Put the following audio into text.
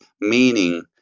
meaning